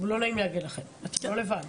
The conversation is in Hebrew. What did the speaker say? לא נעים להגיד לכם, אתם לא לבד.